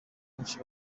benshi